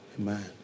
Amen